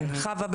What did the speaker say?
חוה,